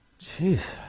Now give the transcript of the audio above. Jeez